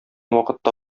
вакытта